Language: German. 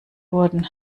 wurden